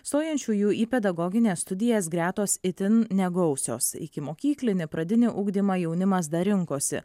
stojančiųjų į pedagogines studijas gretos itin negausios ikimokyklinį pradinį ugdymą jaunimas dar rinkosi